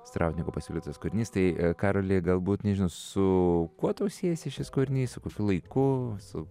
strautnieko pasiūlytas kūrinys tai karoli galbūt nežinau su kuo siejasi šis kūrinys su kokiu laiku su